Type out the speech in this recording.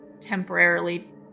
temporarily